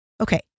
Okay